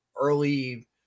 early